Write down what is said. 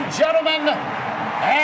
gentlemen